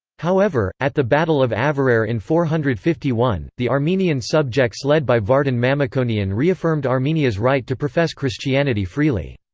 however, at the battle of avarayr in four hundred and fifty one, the armenian subjects led by vardan mamikonian reaffirmed armenia's right to profess christianity freely.